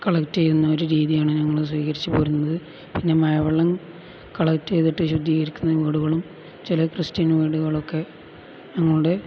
collect ചെയ്യുന്ന ഒരു രീതിയാണ് ഞങ്ങള് സ്വീകരിച്ചുപോരുന്നത് പിന്നെ മഴവെള്ളം കളക്ട് ചെയ്തിട്ട് ശുദ്ധീകരിക്കുന്ന വീടുകളും ചില ക്രിസ്ത്യൻ വീടുകളൊക്കെ ഞങ്ങളുടെ